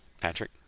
Patrick